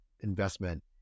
investment